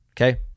okay